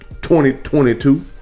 2022